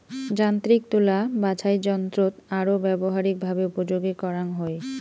যান্ত্রিক তুলা বাছাইযন্ত্রৎ আরো ব্যবহারিকভাবে উপযোগী করাঙ হই